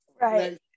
Right